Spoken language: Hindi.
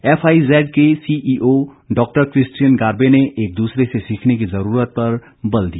एफआईजैड के सीईओ डॉक्टर किस्टियन गारबे ने एक दूसरे से सीखने की जुरूरत पर बल दिया